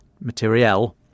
material